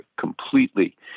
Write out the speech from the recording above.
completely